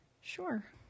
Sure